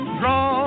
draw